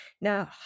Now